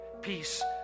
peace